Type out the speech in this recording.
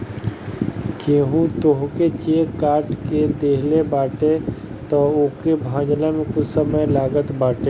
केहू तोहके चेक काट के देहले बाटे तअ ओके भजला में कुछ समय लागत बाटे